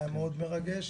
היה מאוד מרגש.